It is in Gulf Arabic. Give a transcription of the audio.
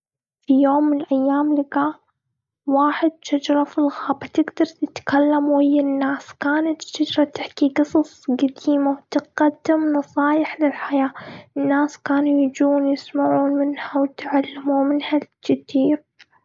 في يوم من الأيام، لقى واحد شجرة في الغابه، تقدر تتكلم ويا الناس. كانت الشجرة تحكي قصص قديمه، تقدم نصايح للحياه. الناس كانوا يجون ويسمعون منهم، وتعلموا منها الكثير.